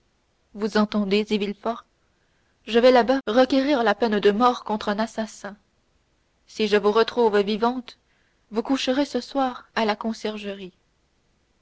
vous m'entendez dit villefort je vais là-bas requérir la peine de mort contre un assassin si je vous retrouve vivante vous coucherez ce soir à la conciergerie